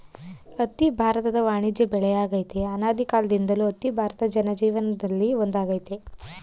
ಹತ್ತಿ ಭಾರತದ ವಾಣಿಜ್ಯ ಬೆಳೆಯಾಗಯ್ತೆ ಅನಾದಿಕಾಲ್ದಿಂದಲೂ ಹತ್ತಿ ಭಾರತ ಜನಜೀವನ್ದಲ್ಲಿ ಒಂದಾಗೈತೆ